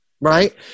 right